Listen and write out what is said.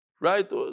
Right